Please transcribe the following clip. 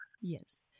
Yes